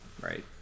right